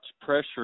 pressure